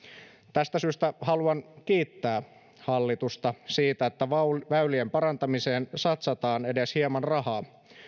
tästä syystä haluan kiittää hallitusta siitä että väylien parantamiseen satsataan edes hieman rahaa